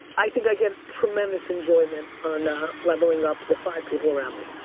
i think i get tremendous enjoyment on leveling up the five people around me.